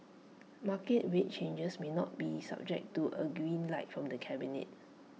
market rate changes may not be subject to A green light from the cabinet